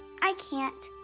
i can't,